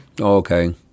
Okay